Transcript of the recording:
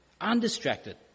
undistracted